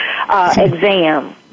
exam